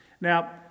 Now